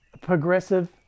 Progressive